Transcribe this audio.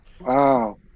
Wow